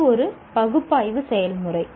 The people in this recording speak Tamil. இது ஒரு பகுப்பாய்வு செயல்முறை